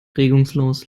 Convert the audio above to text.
regungslos